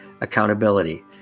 accountability